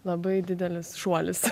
labai didelis šuolis